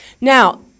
Now